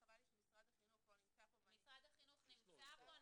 וחבל לי שמשרד החינוך לא נמצא פה --- משרד החינוך נמצא פה.